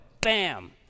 Bam